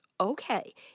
Okay